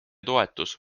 toetus